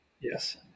Yes